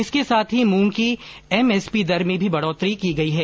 इसके साथ ही मूंग की एमएसपी दर में भी बढोतरी की गई है